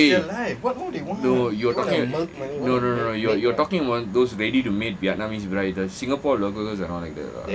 eh no you are talking no no no you are talking about those ready to mate vietnamese bride the singapore girls are not like that lah